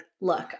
Look